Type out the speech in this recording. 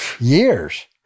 years